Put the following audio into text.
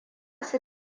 su